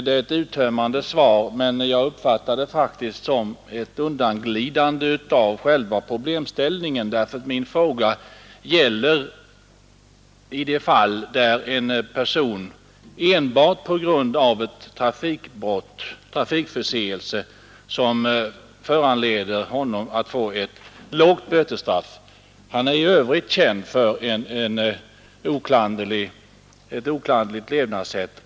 Det är ett utförligt svar, men jag uppfattar det faktiskt som ett undanglidande från själva problemställningen, därför att min fråga gäller fall där körkortsindragning ifrågasätts enbart på grund av en trafikförseelse som föranleder ett lågt bötesstraff och där körkortsinnehavaren i övrigt är känd för ett oklanderligt levnadssätt.